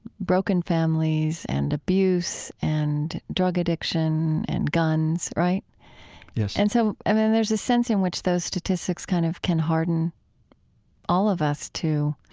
broken families and abuse and drug addiction and guns, right? yes and so and then there's a sense in which those statistics kind of can harden all of us to